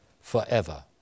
forever